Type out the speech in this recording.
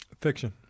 Fiction